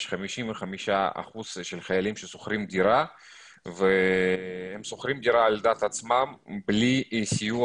יש 55% של חיילים ששוכרים דירה והם שוכרים דירה על דעת עצמם בלי סיוע